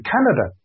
Canada